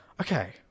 Okay